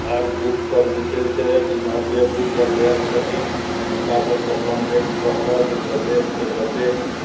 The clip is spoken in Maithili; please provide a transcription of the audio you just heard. हर बूथपर जे छै से जेम्हर जे बूथ अध्यक्ष छथिन हुनका सबसँ कंटेक्ट कऽ के जे जतेकसँ जतेक